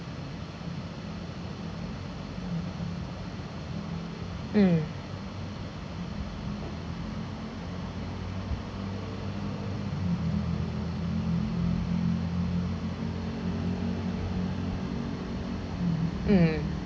mm mmhmm